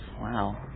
wow